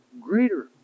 greater